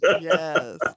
Yes